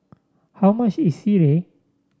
how much is Sireh